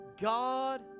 God